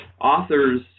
authors